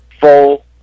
full